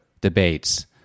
debates